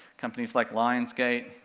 companies like lionsgate,